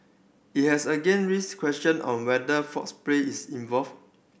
it has again raised question on whether false play is involved